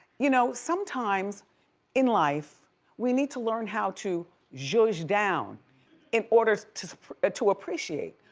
you know sometimes in life we need to learn how to judge down in order to ah to appreciate.